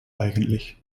eigentlich